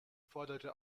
forderte